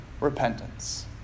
repentance